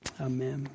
amen